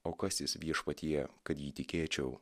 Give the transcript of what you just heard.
o kas jis viešpatie kad jį tikėčiau